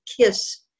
kiss